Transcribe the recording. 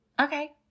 Okay